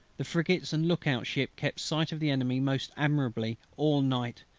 the frigates and look-out ship kept sight of the enemy most admirably all night,